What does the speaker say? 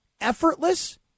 effortless